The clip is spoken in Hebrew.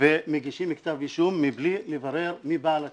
אנחנו לא בודקים תיק ומגישים כתב אישום מבלי לברר מי בעל הקרקע.